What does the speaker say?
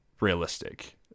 realistic